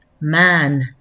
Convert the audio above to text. Man